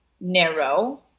narrow